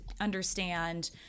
understand